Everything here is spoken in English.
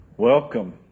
Welcome